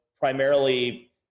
primarily